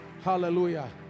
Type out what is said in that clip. Hallelujah